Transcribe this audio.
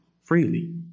freely